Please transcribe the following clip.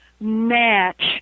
match